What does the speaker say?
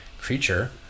creature